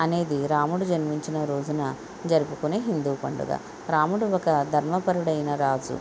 అనేది రాముడు జన్మించిన రోజున జరుపుకునే హిందూ పండుగ రాముడు ఒక ధర్మపరుడైన రాజు